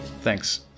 Thanks